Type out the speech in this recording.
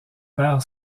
père